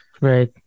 Right